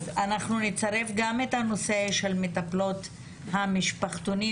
אז אנחנו נצרף גם את הנושא של מטפלות המשפחתונים